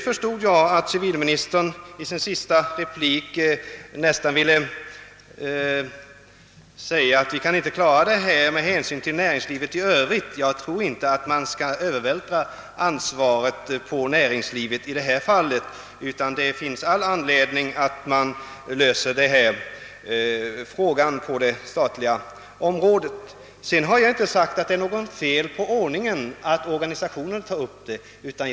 Jag utläste ur civilminsterns senaste replik att han nära nog ville göra gällande att denna fråga inte kan lösas med hänsyn till näringslivet i övrigt. Jag tror inte att man i detta fall skall övervältra ansvaret på näringslivet, utan det finns all anledning att lösa frågan inom det statliga området. Vidare har jag inte påstått att det skulle vara en felaktig ordning att detta spörsmål tas upp från organisationshåll.